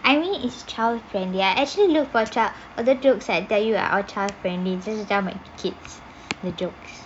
I mean it's child friendly I actually look for jokes that said that you know are child friendly just dump at kids the jokes